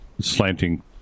Slanting